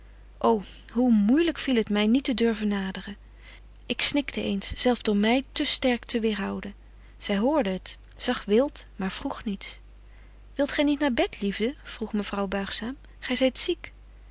ô hoe moeilyk viel het my niet te durven naderen ik snikte eens zelf door my te sterk te weerhouden zy hoorde het zag wilt maar vroeg niets wilt gy niet naar bed liefde vroeg mevrouw buigzaam gy zyt ziek